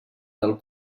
del